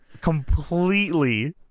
completely